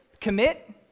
commit